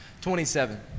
27